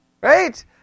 Right